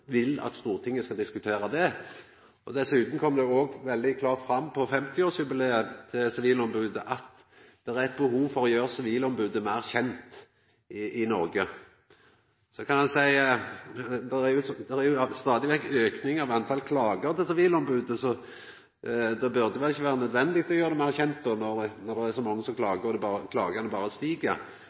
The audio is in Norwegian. vil at Stortinget skal diskutera det. Dessutan kom det òg veldig klart fram på 50-årsjubileet til sivilombodet at det er behov for å gjera sivilombodet meir kjent i Noreg. Men det er stadig vekk ein auke i talet på klager til sivilombodet, så det burde ikkje vera nødvendig å gjera det meir kjent når det er så mange som klagar – og talet på klager berre